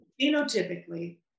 phenotypically